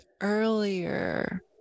earlier